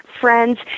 friends